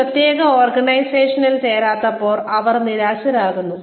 ഒരു പ്രത്യേക ഓർഗനൈസേഷനിൽ ചേരാത്തപ്പോൾ അവർ നിരാശരാകുന്നു